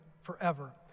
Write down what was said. forever